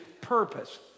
purpose